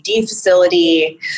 facility